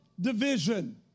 division